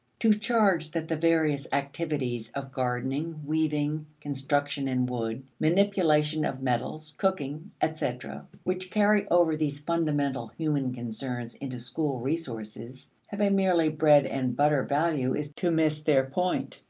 to charge that the various activities of gardening, weaving, construction in wood, manipulation of metals, cooking, etc, which carry over these fundamental human concerns into school resources, have a merely bread and butter value is to miss their point.